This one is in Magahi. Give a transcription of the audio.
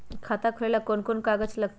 खाता खोले ले कौन कौन कागज लगतै?